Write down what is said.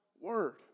Word